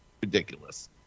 Ridiculous